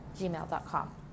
gmail.com